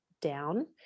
down